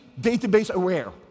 database-aware